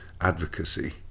advocacy